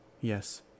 Yes